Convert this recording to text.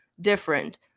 different